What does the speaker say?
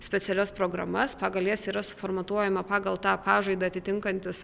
specialias programas pagal jas yra suformatuojama pagal tą pažaidą atitinkantis